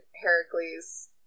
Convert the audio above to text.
Heracles